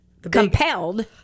compelled